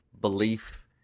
belief